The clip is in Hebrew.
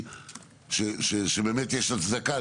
שבעה ימים".